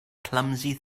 clumsy